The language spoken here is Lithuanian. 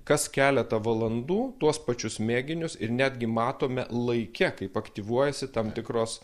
kas keletą valandų tuos pačius mėginius ir netgi matome laike kaip aktyvuojasi tam tikros